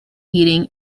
heating